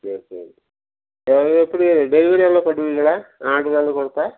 சரி சரி எவ்வளோ எப்படி டெலிவரியெல்லாம் பண்ணுவீங்களா ஆட்ருலாம் கொடுத்தா